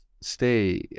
stay